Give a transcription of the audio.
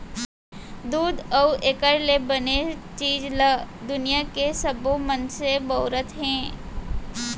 दूद अउ एकर ले बने चीज ल दुनियां के सबो मनसे बउरत हें